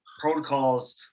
protocols